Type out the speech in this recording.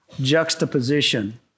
juxtaposition